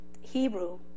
Hebrew